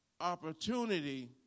opportunity